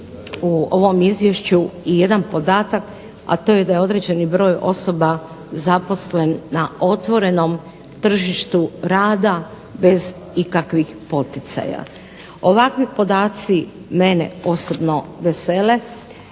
u ovom Izvješću jedan podatak, a to je da je određeni broj osoba zaposlen na otvorenom tržištu rada bez ikakvih poticaja. Ovakvi podaci mene osobno vesele.